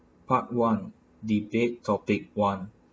part one debate topic one